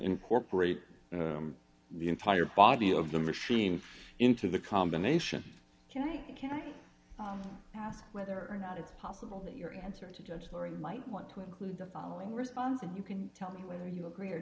incorporate the entire body of the machine into the combination can i can i ask whether or not it's possible that your answer to that story might want to include the following response and you can tell me whether you agree or